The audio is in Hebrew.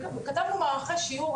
כתבנו מערכת שיעור,